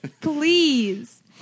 please